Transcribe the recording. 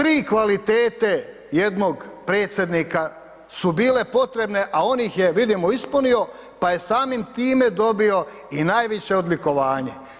Znači, tri kvalitete jednog Predsjednika su bile potrebne a on ih je vidimo ispunio pa je samim time dobio i najviše odlikovanje.